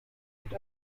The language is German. mit